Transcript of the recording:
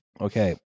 Okay